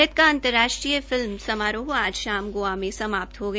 भारत का अंतर्राष्ट्रीय फिल्म समारोह आज शाम गोवा में समाप्त हो गया